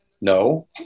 No